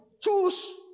choose